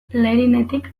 lerinetik